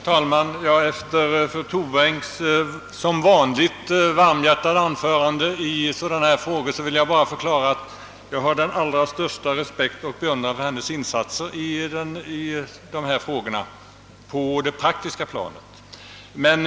Herr talman! Efter fru Torbrinks som vanligt varmhjärtade anförande i sådana här frågor vill jag bara förklara, att jag har den allra största respekt och beundran för hennes insatser i dessa frågor på det praktiska planet.